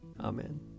Amen